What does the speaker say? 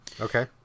Okay